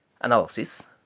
analysis